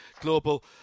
Global